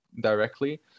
directly